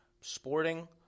Sporting